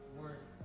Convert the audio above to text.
worth